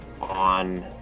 on